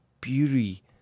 beauty